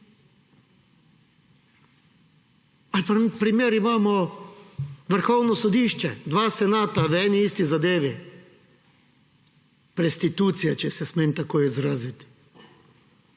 Ali pa primer: imamo Vrhovno sodišče, dva senata v eni in isti zadevi, prostitucije, če se smem tako izraziti.